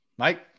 Mike